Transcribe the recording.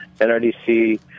NRDC